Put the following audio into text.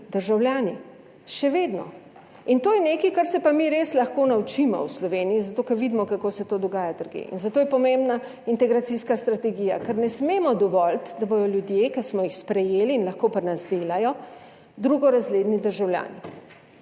državljani še vedno. In to je nekaj, kar se pa mi res lahko naučimo v Sloveniji, zato ker vidimo, kako se to dogaja drugje. In zato je pomembna integracijska strategija, ker ne smemo dovoliti, da bodo ljudje, ki smo jih sprejeli in lahko pri nas delajo, drugorazredni državljani.